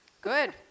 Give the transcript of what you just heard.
Good